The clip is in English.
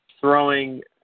throwing